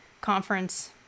conference